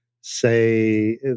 say